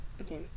Okay